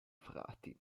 frati